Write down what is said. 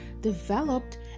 developed